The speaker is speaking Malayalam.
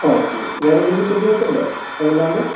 ആ ഓക്കെ വേറെയെന്തെങ്കിലും ബുദ്ധിമുട്ടുണ്ടോ അതല്ലാതെ